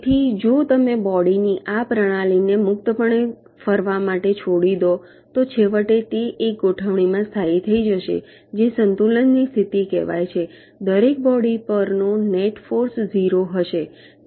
તેથી જો તમે બોડી ની આ પ્રણાલીને મુક્તપણે ફરવા માટે છોડી દો તો છેવટે તે એક ગોઠવણીમાં સ્થાયી થઈ જશે જે સંતુલનની સ્થિતિ કહેવાય છે દરેક બોડી પરનો નેટ ફોર્સ ઝીરો હશે